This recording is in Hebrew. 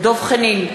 דב חנין,